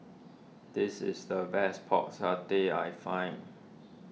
this is the best Pork Satay I find